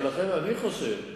לכן, אני חושב,